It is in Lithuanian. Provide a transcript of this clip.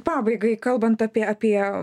pabaigai kalbant apie apie